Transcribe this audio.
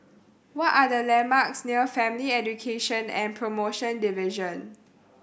what are the landmarks near Family Education and Promotion Division